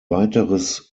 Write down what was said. weiteres